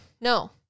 No